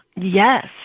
Yes